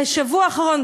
בשבוע האחרון,